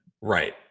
Right